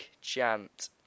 chant